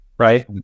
Right